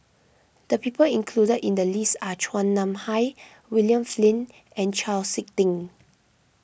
the people included in the list are Chua Nam Hai William Flint and Chau Sik Ting